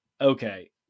okay